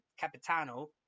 Capitano